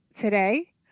today